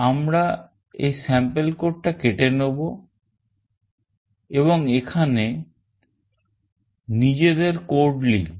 আমরা এই sample code টা কেটে নেব এবং এখানে নিজেদের code লিখব